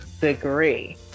degree